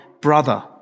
brother